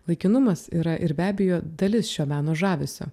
laikinumas yra ir be abejo dalis šio meno žavesio